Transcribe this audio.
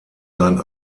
sein